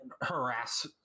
Harass